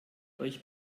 euch